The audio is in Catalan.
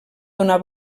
donar